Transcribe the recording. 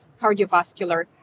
cardiovascular